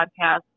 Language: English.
podcast